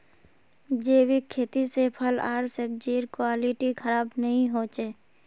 जैविक खेती से फल आर सब्जिर क्वालिटी खराब नहीं हो छे